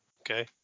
Okay